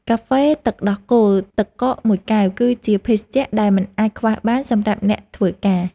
កាហ្វេទឹកដោះគោទឹកកកមួយកែវ គឺជាភេសជ្ជៈដែលមិនអាចខ្វះបានសម្រាប់អ្នកធ្វើការ។